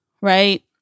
right